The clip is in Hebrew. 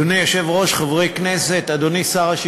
אדוני היושב-ראש, חברי הכנסת, אדוני שר הבינוי